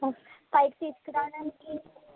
పైకి తీసుకురవడానికి